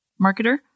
marketer